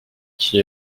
qui